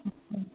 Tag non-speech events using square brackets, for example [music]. [unintelligible]